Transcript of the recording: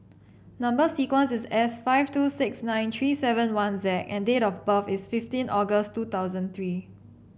number sequence is S five two six nine three seven one Z and date of birth is fifteen August two thousand three